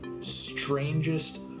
strangest